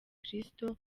kristo